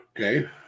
Okay